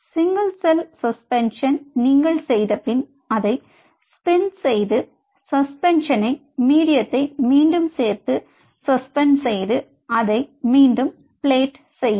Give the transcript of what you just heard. single cell suspension நீங்கள் செய்தபின் அதை ஸ்பின் செய்து சஸ்பென்ஷனை மீடியத்தை மீண்டும் சேர்த்து சஸ்பெண்ட் செய்து அதை மீண்டும் பிளேட் செய்யவும்